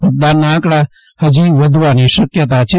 મતદાનના આંકડા ફજી વધવાની શકયતા છે